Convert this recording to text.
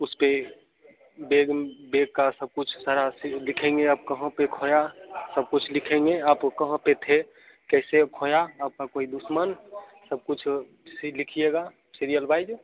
उस पर bag bag का सब कुछ सारा सी लिखेंगे आप कहाँ पर खोया सब कुछ लिखेंगे आप कहाँ पर थे कैसे खोया आपका कोई दुश्मन सब कुछ सी लिखिएगा सीरियल वाइज